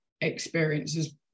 experiences